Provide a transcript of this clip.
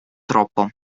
troppo